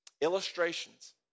illustrations